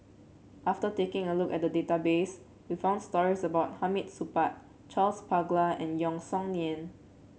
after taking a look at the database we found stories about Hamid Supaat Charles Paglar and Yeo Song Nian